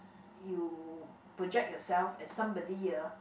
you project yourself as somebody ah